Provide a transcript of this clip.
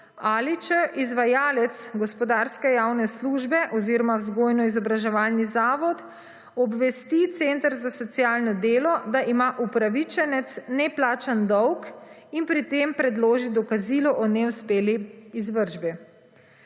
ali če izvajalec gospodarske javne službe oziroma vzgojno izobraževalni zavod obvesti Center za socialno delo, da ima upravičenec neplačan dolg, in pri tem predloži dokazilo o neuspeli izvršbi.